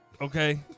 okay